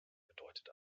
bedeutet